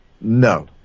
No